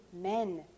men